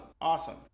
awesome